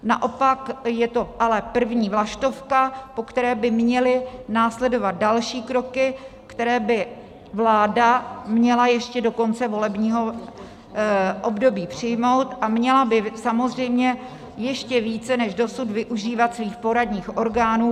Naopak je to ale první vlaštovka, po které by měly následovat další kroky, které by vláda měla ještě do konce volebního období přijmout, a měla by samozřejmě ještě více než dosud využívat svých poradních orgánů.